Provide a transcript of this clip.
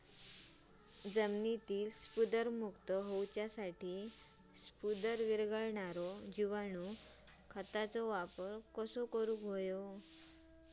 जमिनीतील स्फुदरमुक्त होऊसाठीक स्फुदर वीरघळनारो जिवाणू खताचो वापर कसो करायचो?